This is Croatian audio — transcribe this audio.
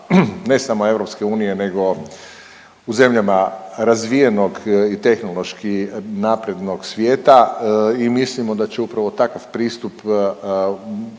ne samo EU nego u zemljama razvijenog i tehnološki naprednog svijeta i mislimo da će upravo takav pristup pomaknuti